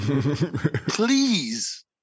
please